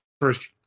first